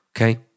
okay